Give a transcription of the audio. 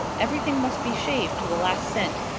everything must be shaved to the last cent,